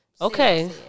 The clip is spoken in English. Okay